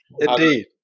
Indeed